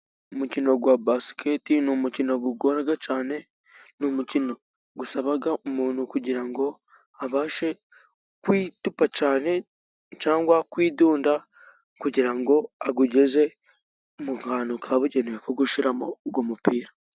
Umukino wa basiketi ni umukino ugoraga cyane. Ni umukino usaba umuntu kugira ngo abashe kwitupa cyane cyangwa kwidunda kugira ngo awugeze mu kantu kabugenewe ko gushyiramo uwo mupira.